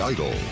Idol